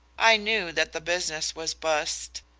i knew that the business was bust,